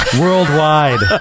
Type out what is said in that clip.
worldwide